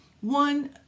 One